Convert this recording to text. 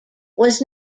was